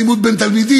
אלימות בין תלמידים,